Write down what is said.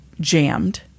jammed